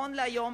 נכון להיום,